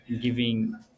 Giving